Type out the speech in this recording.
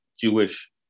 Jewish